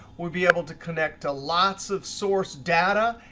would be able to connect to lots of source data,